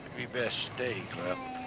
you'd best stay, clell.